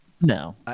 no